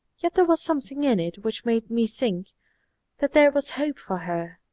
yet there was something in it which made me think that there was hope for her.